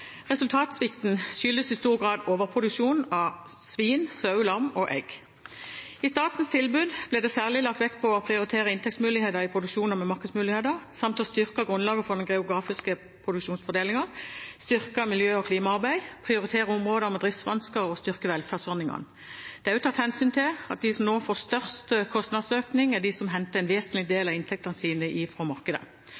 Resultatsvikten skyldes i stor grad overproduksjon av svin, sau/lam og egg. I statens tilbud ble det særlig lagt vekt på å prioritere inntektsmuligheter i produksjoner med markedsmuligheter samt å styrke grunnlaget for den geografiske produksjonsfordelingen, styrke miljø- og klimaarbeidet, prioritere områder med driftsvansker og styrke velferdsordningene. Det er også tatt hensyn til at de som nå får størst kostnadsøkning, er de som henter en vesentlig del